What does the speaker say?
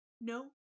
no